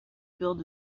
build